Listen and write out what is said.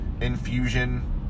infusion